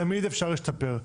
תמיד אפשר להשתפר.